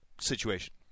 situation